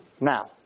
Now